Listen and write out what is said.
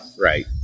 right